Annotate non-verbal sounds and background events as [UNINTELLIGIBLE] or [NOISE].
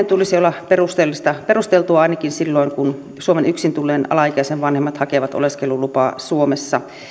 [UNINTELLIGIBLE] tulisi olla perusteltua ainakin silloin kun suomeen yksin tulleen alaikäisen vanhemmat hakevat oleskelulupaa suomesta